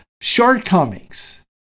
shortcomings